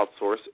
outsource